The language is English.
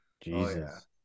Jesus